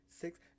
six